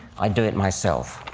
i'd do it myself.